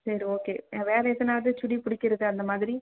சரி ஓகே வேறு எதனாவது சுடி பிடிக்கிறது அந்த மாதிரி